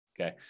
okay